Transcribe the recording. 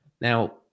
Now